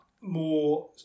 more